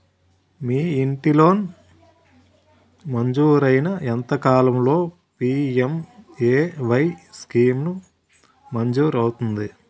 ఇంటి లోన్ మంజూరైన ఎంత కాలంలో పి.ఎం.ఎ.వై స్కీమ్ మంజూరు అవుతుంది?